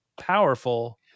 powerful